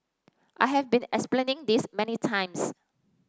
I have been explaining this many times